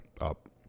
up